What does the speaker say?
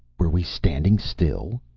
were we standing still?